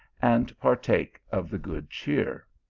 and partake of the good cheer.